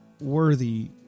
worthy